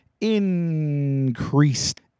increased